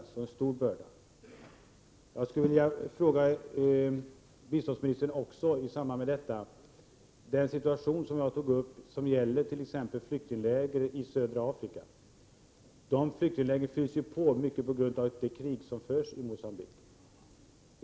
Jag skulle i detta sammanhang vilja säga några ord till biståndsministern om den situation som jag berörde och som gäller t.ex. flyktingläger i södra Afrika. Dessa flyktingläger fylls ju på, i stor utsträckning beroende på det krig som förs i Mogambique.